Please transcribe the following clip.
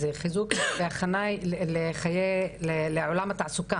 אז חיזוק והכנה לעולם התעסוקה,